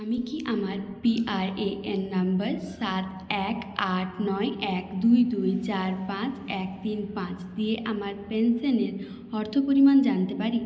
আমি কি আমার পিআরএএন নম্বর সাত এক আট নয় এক দুই দুই চার পাঁচ এক তিন পাঁচ দিয়ে আমার পেনশনের অর্থ পরিমাণ জানতে পারি